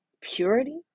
purity